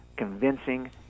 convincing